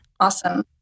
awesome